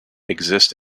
exist